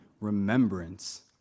remembrance